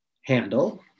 handle